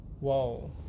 wow